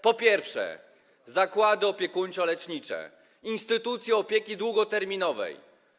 Po pierwsze, zakłady opiekuńczo-lecznicze, instytucje opieki długoterminowej.